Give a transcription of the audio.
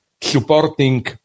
supporting